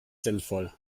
sinnvoll